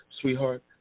Sweetheart